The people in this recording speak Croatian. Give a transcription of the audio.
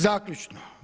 Zaključno.